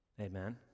Amen